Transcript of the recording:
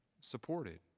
supported